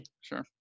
Sure